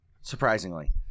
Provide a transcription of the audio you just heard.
surprisingly